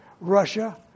Russia